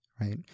Right